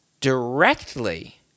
directly